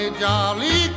jolly